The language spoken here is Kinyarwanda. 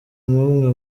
nk’umwe